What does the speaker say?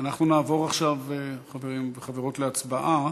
נעבור עכשיו, חברים וחברות, להצבעה.